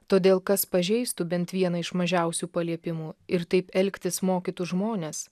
todėl kas pažeistų bent vieną iš mažiausių paliepimų ir taip elgtis mokytų žmones